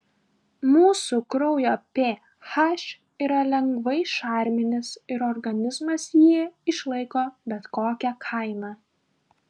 mūsų kraujo ph yra lengvai šarminis ir organizmas jį išlaiko bet kokia kaina